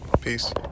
Peace